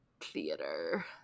theater